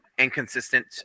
inconsistent